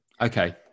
okay